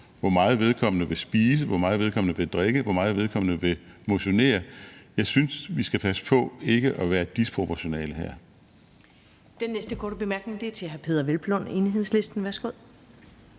hvor meget vedkommende vil spise, hvor meget vedkommende vil drikke, og hvor meget vedkommende vil motionere. Jeg synes, vi skal passe på ikke at være disproportionale.